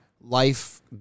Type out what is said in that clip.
life